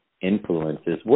influences